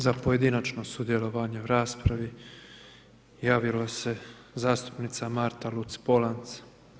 Za pojedinačno sudjelovanje u raspravi, javila se zastupnica Marta Luc -Polanc.